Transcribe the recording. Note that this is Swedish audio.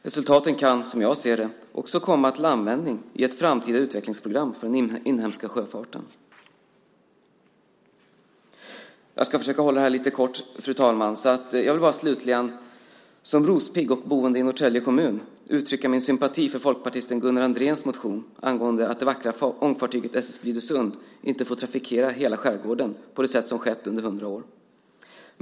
Resultaten kan, som jag ser det, också komma till användning i ett framtida utvecklingsprogram för den inhemska sjöfarten. Fru talman! Slutligen vill jag bara som rospigg och boende i Norrtälje kommun uttrycka min sympati för folkpartisten Gunnar Andréns motion om att det vackra ångfartyget S/S Blidösund inte får trafikera hela skärgården på det sätt som skett under 100 år.